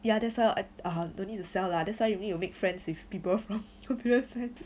ya that's why I don't need to sell lah that's why you need to make friends with people from computer science